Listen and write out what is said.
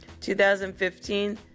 2015